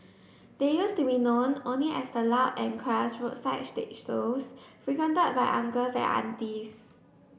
they used to be known only as the loud and crass roadside stage shows frequented by uncles and aunties